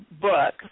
book